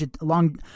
long